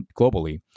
globally